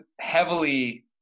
heavily